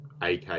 ak